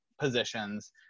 positions